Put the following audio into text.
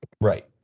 Right